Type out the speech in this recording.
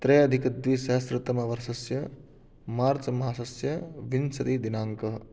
त्र्यधिकद्विसहस्रतमवर्षस्य मार्चमासस्य विंशति दिनाङ्कः